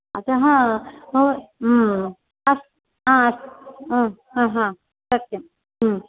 अतः मम हा अस् हा अस् ह ह सत्यं हा